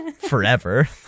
forever